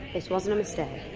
this wasn't a mistake.